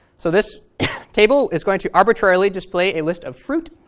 so this table is going to arbitrarily display a list of fruit,